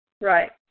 Right